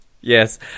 Yes